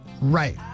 Right